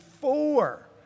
four